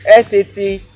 sat